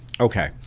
Okay